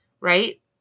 right